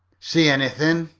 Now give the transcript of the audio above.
see anything?